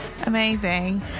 amazing